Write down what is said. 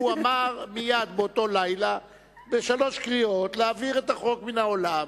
הוא אמר מייד באותו לילה: בשלוש קריאות להעביר את החוק מן העולם,